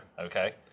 Okay